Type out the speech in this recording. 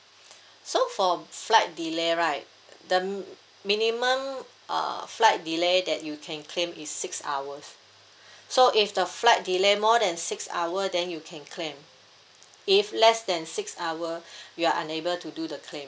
so for flight delay right the m~ minimum uh flight delay that you can claim is six hours so if the flight delay more than six hour then you can claim if less than six hour you are unable to do the claim